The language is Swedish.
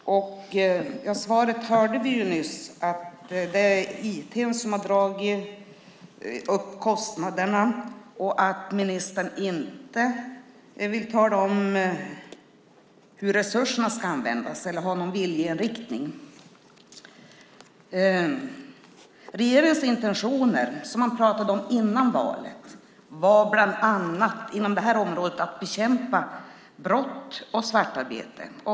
Svaret hörde vi nyss, att det är IT som har dragit upp kostnaderna och att ministern inte vill tala om hur resurserna ska användas eller ha någon viljeinriktning. Regeringens intentioner, som man pratade om före valet, var bland annat inom det här området att bekämpa brott och svartarbete.